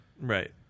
right